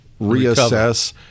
reassess